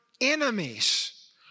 enemies